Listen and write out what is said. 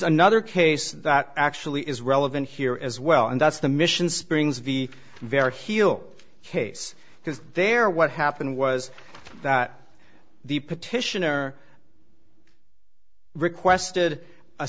another case that actually is relevant here as well and that's the mission springs v vera he'll case because there what happened was that the petitioner requested a